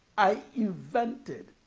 i invented